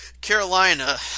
Carolina